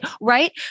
right